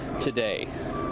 today